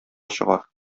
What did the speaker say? чыгар